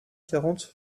quarante